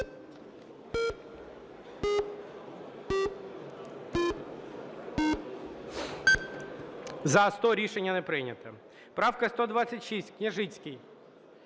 За-100 Рішення не прийнято. Правка 126, Княжицький.